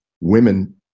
women